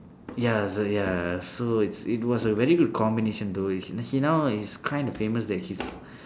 ya so ya so it's it was a very good combination though he he now is kind of famous that he's